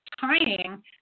tying